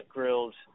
Grilled